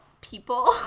people